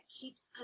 keeps